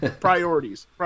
priorities